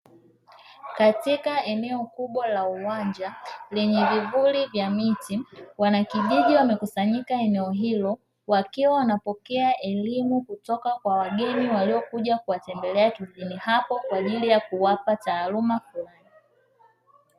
Katika eneo kubwa la uwanja, lenye vivuli vya miti. Wanakijiji wamekusanyika eneo hilo wakiwa wanapokea elimu kutoka kwa wageni waliokuja kuwatembelea kijijini hapo, kwa ajili ya kuwapa taaluma fulani.